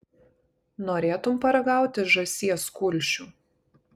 norėtum paragauti žąsies kulšių